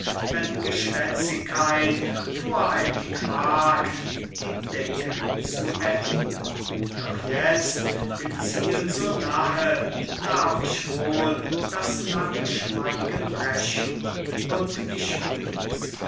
wenn geschwätzigkeit voreilig wagt die decke zu erheben doch jetzt dem ziel so nahe darf ich wohl das lange schweigen brechen und ich will's